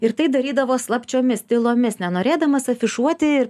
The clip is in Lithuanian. ir tai darydavo slapčiomis tylomis nenorėdamas afišuoti ir